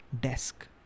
desk